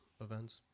events